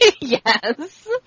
Yes